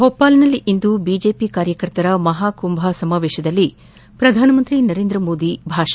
ಭೋಪಾಲ್ನಲ್ಲಿ ಇಂದು ಬಿಜೆಪಿ ಕಾರ್ಯಕರ್ತರ ಮಹಾಕುಂಭ ಸಮಾವೇಶದಲ್ಲಿ ಪ್ರಧಾನಮಂತ್ರಿ ನರೇಂದ್ರ ಮೋದಿ ಭಾಷಣ